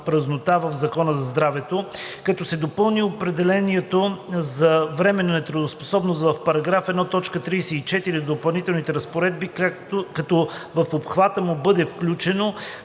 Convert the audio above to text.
празнота в Закона за здравето, като се допълни определението за временна неработоспособност в § 1, т. 34 от допълнителните разпоредби, като в обхвата му бъде включено